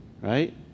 right